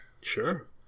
Sure